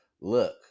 look